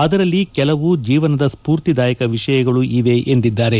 ಅದರಲ್ಲಿ ಕೆಲವು ಜೀವನದ ಸ್ಪೂರ್ತಿದಾಯಕ ವಿಷಯಗಳೂ ಇವೆ ಎಂದಿದ್ದಾರೆ